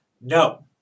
No